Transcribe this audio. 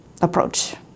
approach